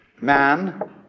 man